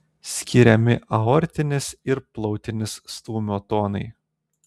skiriami aortinis ir plautinis stūmio tonai